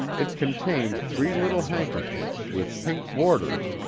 it contained three little handkerchiefs with pink borders,